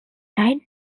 died